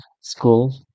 school